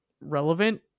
relevant